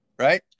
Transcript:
Right